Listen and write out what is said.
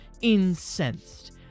incensed